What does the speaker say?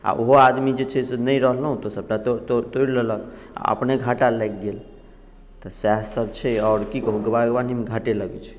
आ ओहो आदमी जे छै से नहि रहलहुँ तऽ सभटा तो तोड़ तोड़ि लेलक आ अपने घाटा लागि गेल तऽ सएह सभ छै आओर की कहू बागवानीमे घाटे लगैत छै